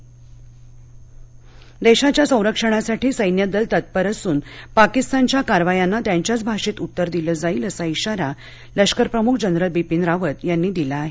रावत देशाच्या संरक्षणासाठी सैन्य दल तत्पर असून पाकिस्तानच्या कारवायांना त्यांच्याच भाषेत उत्तर दिलं जाईलअसा इशारा लष्करप्रमुख जनरल बिपिन रावत यांनी दिला आहे